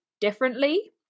differently